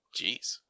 Jeez